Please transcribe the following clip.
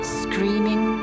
screaming